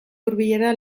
hurbilera